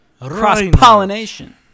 cross-pollination